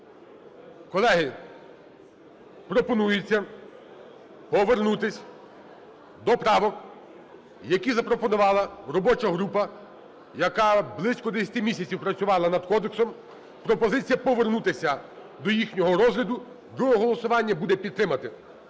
колеги. Пропонується повернутись до правок, які запропонувала робоча група, яка близько 10 місяців працювала над кодексом. Пропозиція – повернутися до їхнього розгляду. Друге голосування буде – підтримати.